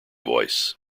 voice